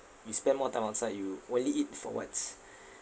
we spend more time outside you only eat for once